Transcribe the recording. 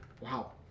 Wow